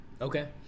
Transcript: Okay